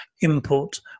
input